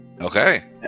Okay